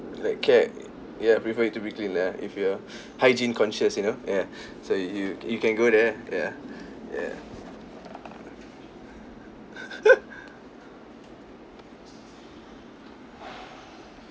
like care ya prefer it to be clean ah if you're hygiene conscious you know ya so you you you can go there ya ya